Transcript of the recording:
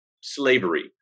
slavery